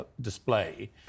display